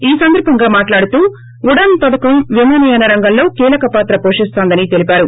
ఈ సందర్బంగా మాట్లాడుతూ ఉడాన్ పథకం విమానయాన రంగంలో కీలక పాత్ర పోషిస్తోందని తెలిపారు